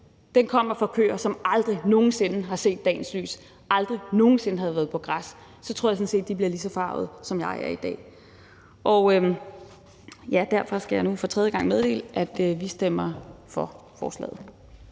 kommer fra køer, som aldrig nogen sinde har set dagens lys, aldrig nogen sinde har været på græs, tror jeg sådan set, at de bliver lige så forargede, som jeg er i dag. Derfor skal jeg nu for tredje gang meddele, at vi stemmer for forslaget.